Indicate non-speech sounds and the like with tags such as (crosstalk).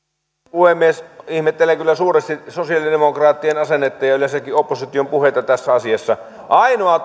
puhemies ihmettelen kyllä suuresti sosialidemokraattien asennetta ja yleensäkin opposition puheita tässä asiassa ainoa (unintelligible)